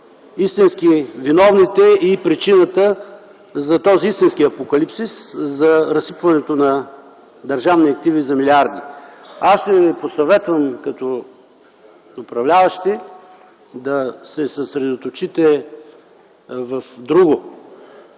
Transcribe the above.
истински виновните и причината за този истински апокалипсис, за разсипването на държавни активи за милиарди. Аз ще ви посъветвам като управляващи да се съсредоточите върху